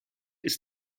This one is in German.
ist